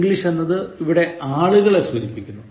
'The English' എന്നത് ഇവിടെ ആളുകളെ സൂചിപ്പിക്കുന്നു